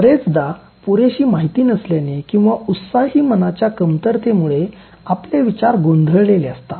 बरेचदा पुरेशी माहिती नसल्याने किंवा उत्साही मनाच्या कमतरतेमुळे आपले विचार गोंधळलेले असतात